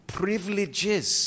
privileges